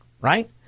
Right